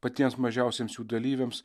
patiems mažiausiems jų dalyviams